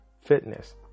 fitness